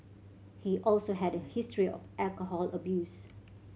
he also had a history of alcohol abuse